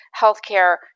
healthcare